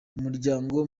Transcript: umuryango